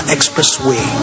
Expressway